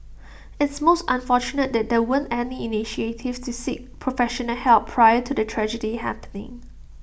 it's most unfortunate that there weren't any initiative to seek professional help prior to the tragedy happening